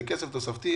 זה כסף תוספתי.